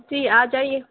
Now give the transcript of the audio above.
جی آ جائیے